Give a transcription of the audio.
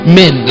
men